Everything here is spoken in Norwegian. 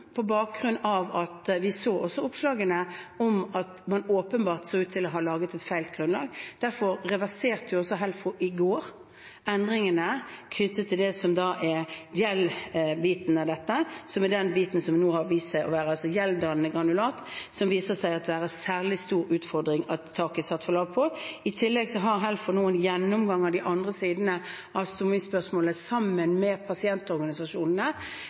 på bakgrunn av at også vi så oppslagene om at det åpenbart så ut til at grunnlaget var feil. Derfor reverserte Helfo i går endringene knyttet til gel-biten av dette, altså geldannende granulat, der det viser seg å være en særlig stor utfordring at taket er satt for lavt. I tillegg har Helfo nå, sammen med pasientorganisasjonene, en gjennomgang av de andre sidene av stomispørsmålet for å se på om de tok feil når de satte taket for året. Så dette har